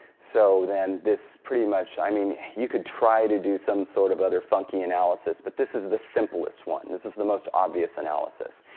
so then this pretty much i mean you could try to do some sort of other funky analysis, but this is the simplest one. this is the most obvious analysis.